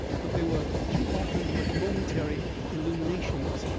but they were too often but momentary illuminations.